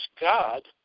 God